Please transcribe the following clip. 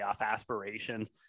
aspirations